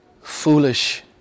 foolish